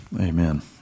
Amen